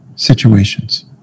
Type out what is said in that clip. situations